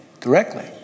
directly